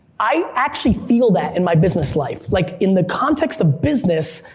i actually feel that in my business life, like in the context of business,